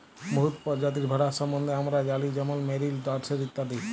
বহুত পরজাতির ভেড়ার সম্বল্ধে আমরা জালি যেমল মেরিল, ডরসেট ইত্যাদি